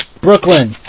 Brooklyn